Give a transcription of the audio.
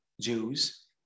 Jews